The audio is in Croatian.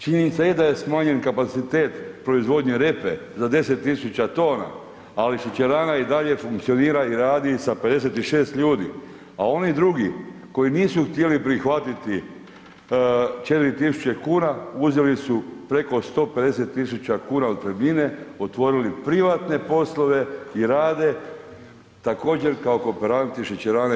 Činjenica je daje smanjen kapacitet proizvodnje repe za 10.000 tona, ali šećerana i dalje funkcionira i radi sa 56 ljudi, a oni drugi koji nisu htjeli prihvatiti 4.000 kuna uzeli preko 150 tisuća kuna otpremnine, otvorili privatne poslove i rade, također, kao kooperanti šećerane